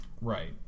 Right